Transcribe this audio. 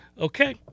okay